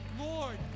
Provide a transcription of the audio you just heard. Lord